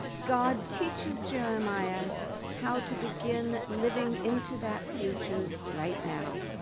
god teaches jeremiah how to begin living into that future right now